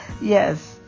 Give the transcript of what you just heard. yes